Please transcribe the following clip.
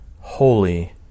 holy